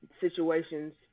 situations